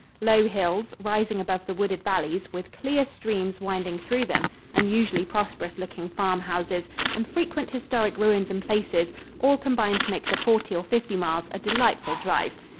low hills, rising above the wooded valleys, with clear streams winding through them unusually prosperous-looking farm-houses and frequent historic ruins and places all combine to make the forty or fifty miles a delightful drive.